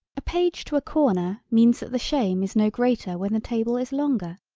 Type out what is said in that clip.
a page to a corner means that the shame is no greater when the table is longer.